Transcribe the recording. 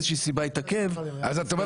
אם החוק מאיזושהי סיבה יתעכב --- זאת אומרת,